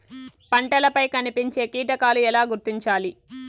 పంటలపై కనిపించే కీటకాలు ఎలా గుర్తించాలి?